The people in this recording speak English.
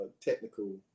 technical